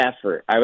effort